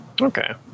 Okay